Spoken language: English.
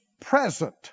present